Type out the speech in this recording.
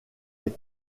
est